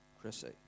Chrissy